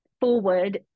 forward